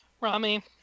Rami